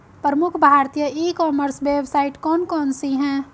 प्रमुख भारतीय e commerce website कौन कौन सी हैं?